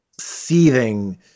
seething